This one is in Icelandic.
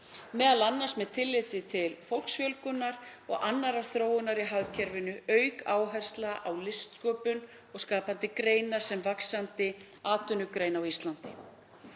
síðan, m.a. með tilliti til fólksfjölgunar og annarrar þróunar í hagkerfinu auk áherslna á listsköpun og skapandi greinar sem vaxandi atvinnugreina á Íslandi.